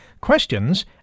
Questions